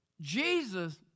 Jesus